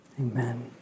Amen